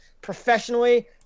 professionally